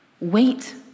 Wait